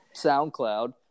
soundcloud